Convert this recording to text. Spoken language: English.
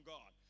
God